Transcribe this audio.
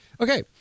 Okay